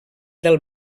del